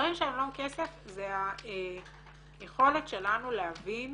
הדברים שהם לא כסף זה היכולת שלנו להבין